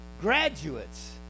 graduates